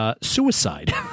Suicide